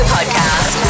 Podcast